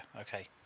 Okay